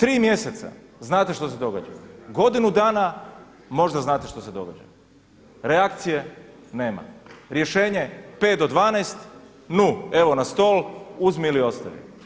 Tri mjeseca znate što se događa, godinu dana možda znate što se događa, reakcije nema, rješenje pet do dvanaest, nu, evo na stol uzmi ili ostavi.